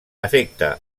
efecte